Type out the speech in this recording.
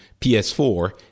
PS4